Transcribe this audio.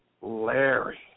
Larry